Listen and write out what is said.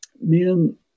men